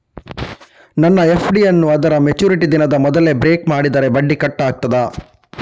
ನನ್ನ ಎಫ್.ಡಿ ಯನ್ನೂ ಅದರ ಮೆಚುರಿಟಿ ದಿನದ ಮೊದಲೇ ಬ್ರೇಕ್ ಮಾಡಿದರೆ ಬಡ್ಡಿ ಕಟ್ ಆಗ್ತದಾ?